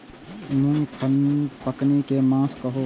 मूँग पकनी के मास कहू?